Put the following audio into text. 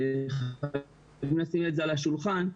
צריך לשים את זה על השולחן,